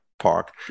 Park